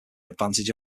advantage